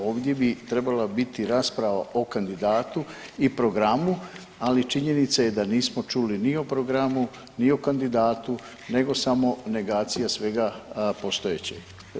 Ovdje bi trebala biti rasprava o kandidatu i programu, ali činjenica je da nismo čuli ni o programu, ni o kandidatu nego samo negacija svega postojećeg.